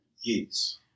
Yes